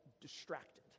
Distracted